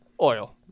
oil